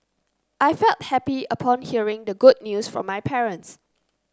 I felt happy upon hearing the good news from my parents